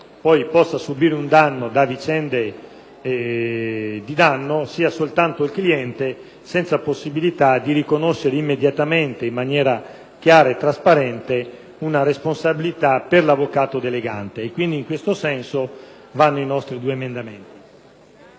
che chi subisce un danno da determinate vicende sia soltanto il cliente, senza possibilità di riconoscere immediatamente, in maniera chiara e trasparente una responsabilità per l'avvocato delegante. In questo senso, quindi, vanno i due emendamenti